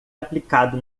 aplicado